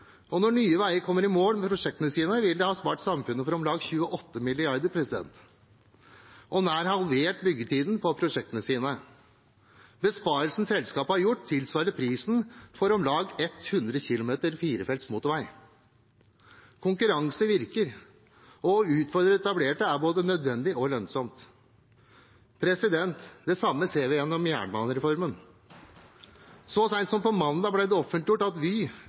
Norge. Når Nye veier kommer i mål med prosjektene sine, vil de har spart samfunnet for om lag 28 mrd. kr og nær halvert byggetiden på prosjektene sine. Besparelsen selskapet har gjort, tilsvarer prisen for om lag 100 km firefelts motorvei. Konkurranse virker og å utfordre det etablerte er både nødvendig og lønnsomt. Det samme ser vi gjennom jernbanereformen. Så sent som på mandag ble det offentliggjort at